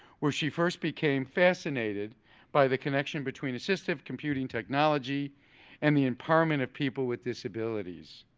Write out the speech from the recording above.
where she first became fascinated by the connection between assistive computing technology and the empowerment of people with disabilities.